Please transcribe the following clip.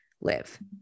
live